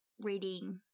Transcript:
reading